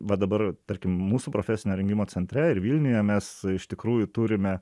va dabar tarkim mūsų profesinio rengimo centre ir vilniuje mes iš tikrųjų turime